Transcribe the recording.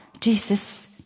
Jesus